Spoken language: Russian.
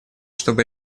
чтобы